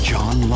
John